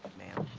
ma'am.